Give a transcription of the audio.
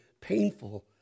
painful